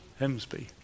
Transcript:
Hemsby